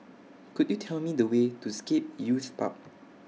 Could YOU Tell Me The Way to Scape Youth Park